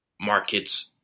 markets